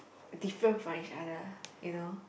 different from each other you know